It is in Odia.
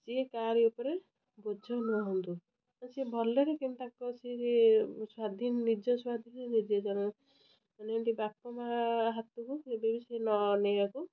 ସେ କାହାରି ଉପରେ ବୋଝ ନ ହୁଅନ୍ତୁ ସେ ଭଲରେ କେମିତି ତାଙ୍କ ସେ ସ୍ଵାଧୀନ ନିଜ ସ୍ଵାଧୀନରେ ନିଜେ ଜଣେ ମାନେ ଏମିତି ବାପା ମା' ହାତକୁ କେବେ ସେ ନ ନେବାକୁ